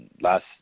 last